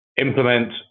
implement